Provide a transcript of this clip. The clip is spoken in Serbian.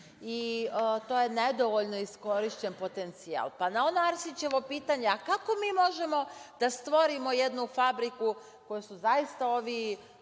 To je nedovoljno iskorišćen potencijal. Na ono Arsićevo pitanje kako mi možemo da stvorimo jednu fabriku koju su zaista ovi